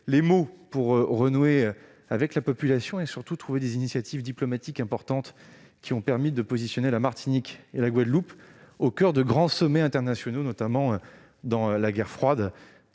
les mots pour renouer avec la population et lancer des initiatives diplomatiques importantes. Cela a ainsi permis de positionner la Martinique et la Guadeloupe au coeur de grands sommets internationaux, notamment pendant la guerre froide,